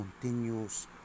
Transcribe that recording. continues